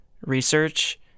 research